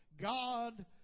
God